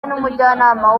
n’umujyanama